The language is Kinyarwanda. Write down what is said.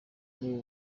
muri